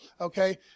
okay